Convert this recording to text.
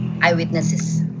Eyewitnesses